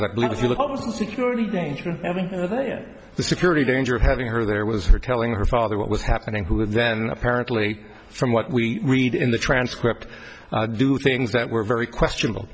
the security danger every other year the security danger of having her there was her telling her father what was happening who then apparently from what we read in the transcript do things that were very questionable